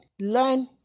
Learn